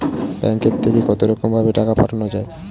ব্যাঙ্কের থেকে কতরকম ভাবে টাকা পাঠানো য়ায়?